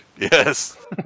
Yes